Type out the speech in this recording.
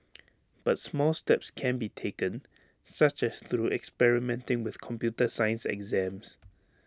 but small steps can be taken such as through experimenting with computer science exams